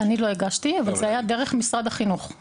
אני לא הגשתי אבל זה היה דרך משרד החינוך.